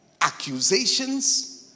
Accusations